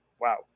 Wow